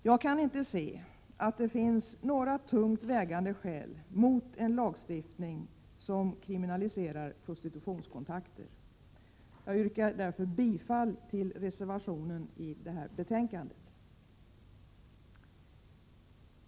Jag kan inte se att det finns några tungt vägande skäl mot en lagstiftning som kriminaliserar prostitutionskontakter. Jag yrkar därför bifall till reservationen i detta betänkande.